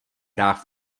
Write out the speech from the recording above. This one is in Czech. hrách